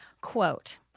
Quote